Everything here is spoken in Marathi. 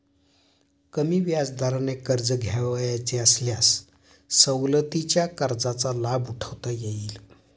कमी व्याजदराने कर्ज घ्यावयाचे असल्यास सवलतीच्या कर्जाचा लाभ उठवता येईल